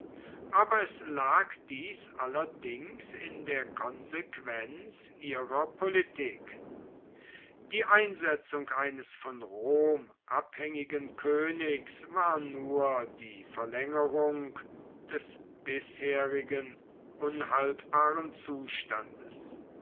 aber es lag dies allerdings in der konsequenz ihrer politik die einsetzung eines von rom abhängigen königs war nur die verlängerung des bisherigen unhaltbaren zustandes